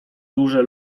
duże